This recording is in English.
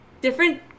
different